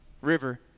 river